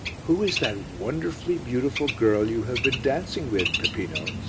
who is that wonderfully beautiful girl you have been dancing with, peppino?